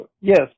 yes